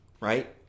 right